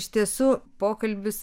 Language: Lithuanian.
iš tiesų pokalbis